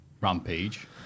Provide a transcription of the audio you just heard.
Rampage